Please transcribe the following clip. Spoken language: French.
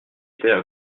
étaient